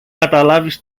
καταλάβεις